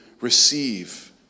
receive